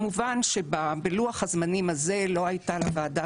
כמובן שבלוח הזמנים הזה לא הייתה לוועדה